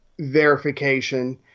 verification